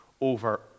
over